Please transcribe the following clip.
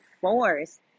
force